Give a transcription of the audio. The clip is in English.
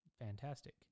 fantastic